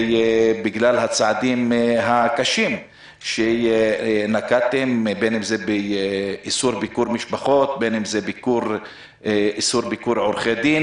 בגלל הצעדים הקשים שנקטתם באיסור ביקור משפחות ועורכי דין